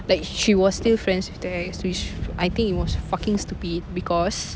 like she was still friends with the ex which I think it was fucking stupid because